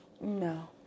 No